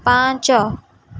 ପାଞ୍ଚ